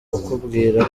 kukubwira